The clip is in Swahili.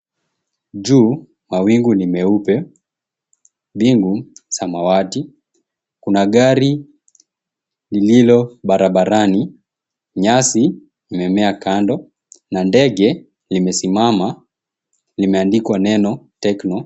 Juu, mawingu ni meupe, mbingu samawati. Kuna gari lililo barabarani, nyasi imemea kando na ndege 𝑙𝑖mesimama limeandikwa neno Tecℎno.